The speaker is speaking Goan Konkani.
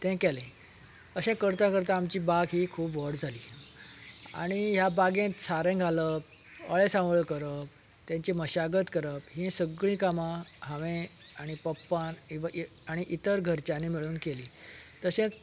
तें केलें अशें करता करता आमची बाग ही खूब व्हड जाली आनी ह्या बागेंत सारें घालप अळेसावळें करप तांची मशागत करप हीं सगळीं कामां हांवें आनी पप्पान इव आनी इतर घरच्यांनी मेळून केलीं तशेंच